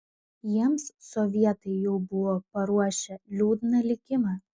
jiems sovietai jau buvo paruošę liūdną likimą